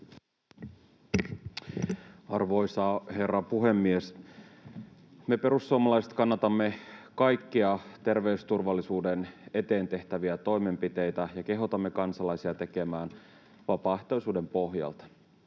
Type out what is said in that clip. Arvoisa herra puhemies! Me perussuomalaiset kannatamme kaikkia terveysturvallisuuden eteen tehtäviä toimenpiteitä ja kehotamme kansalaisia toimimaan vapaaehtoisuuden pohjalta.